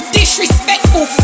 disrespectful